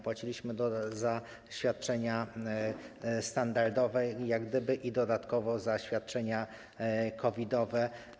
Płaciliśmy za świadczenia standardowe i dodatkowo za świadczenia COVID-owe.